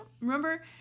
remember